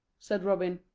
said robin.